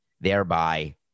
thereby